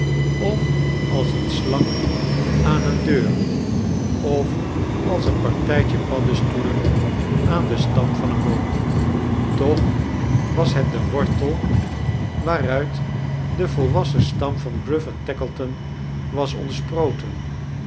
of als een slak aan eene deur of als een partijtje paddestoelen aan den stam van een boom toch was het de wortel waaruit de volwassen stam van gruff en tackleton was